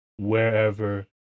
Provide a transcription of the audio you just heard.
wherever